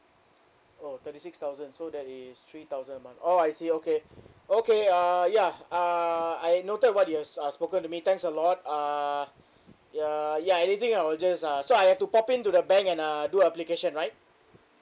oh thirty six thousand so that is three thousand a month oh I see okay okay uh ya uh I noted what you have uh spoken to me thanks a lot uh uh ya anything I will just uh so I have to pop in to the bank and uh do application right